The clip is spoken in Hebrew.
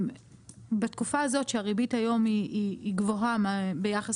בתקופה הזאת שהריבית היום היא גבוהה ביחס